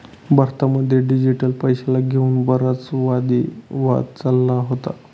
भारतामध्ये डिजिटल पैशाला घेऊन बराच वादी वाद चालला होता